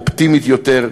אופטימית יותר,